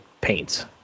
paints